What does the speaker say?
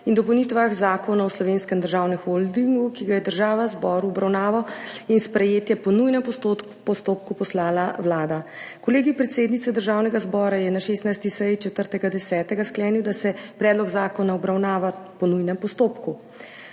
in dopolnitvah Zakona o Slovenskem državnem holdingu, ki ga je v Državni zbor v obravnavo in sprejetje po nujnem postopku poslala Vlada. Kolegij predsednice Državnega zbora je na 16. seji 4. 10. sklenil, da se predlog zakona obravnava po nujnem postopku.